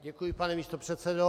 Děkuji, pane místopředsedo.